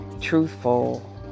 truthful